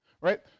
Right